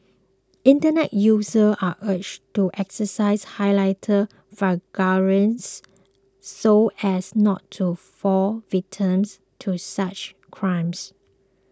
internet users are urged to exercise highlight so as not to fall victims to such crimes